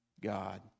God